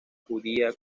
judía